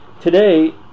Today